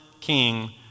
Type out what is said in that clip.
king